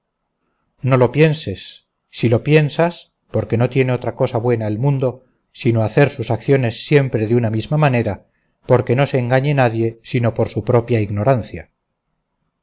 no lo pienses si lo piensas porque no tiene otra cosa buena el mundo sino hacer sus acciones siempre de una misma manera porque no se engañe nadie sino por su propia ignorancia